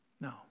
no